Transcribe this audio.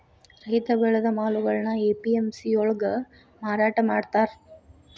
ರೈತ ಬೆಳೆದ ಮಾಲುಗಳ್ನಾ ಎ.ಪಿ.ಎಂ.ಸಿ ಯೊಳ್ಗ ಮಾರಾಟಮಾಡ್ತಾರ್